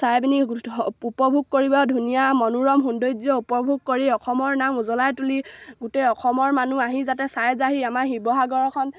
চাই পিনি উপভোগ কৰিব ধুনীয়া মনোৰম সৌন্দৰ্য উপভোগ কৰি অসমৰ নাম উজ্বলাই তুলি গোটেই অসমৰ মানুহ আহি যাতে চাই যা আমাৰ শিৱসাগৰখন